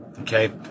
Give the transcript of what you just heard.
okay